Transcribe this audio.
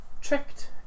tricked